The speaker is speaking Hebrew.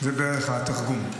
זה בערך התרגום.